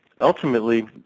Ultimately